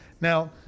Now